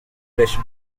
fresh